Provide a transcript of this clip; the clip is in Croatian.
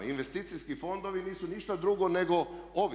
Investicijski fondovi nisu ništa drugo nego ovi.